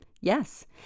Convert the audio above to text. Yes